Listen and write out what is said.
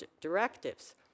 directives